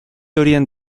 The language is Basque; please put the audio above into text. horien